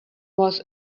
was